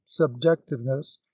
subjectiveness